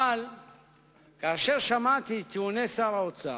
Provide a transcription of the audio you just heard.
אבל כאשר שמעתי את טיעוני שר האוצר,